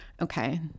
okay